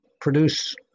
produce